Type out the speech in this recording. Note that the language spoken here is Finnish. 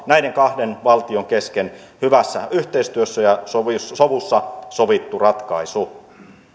näiden kahden valtion kesken hyvässä yhteistyössä ja sovussa sovussa sovittu ratkaisu